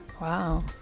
Wow